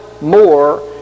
more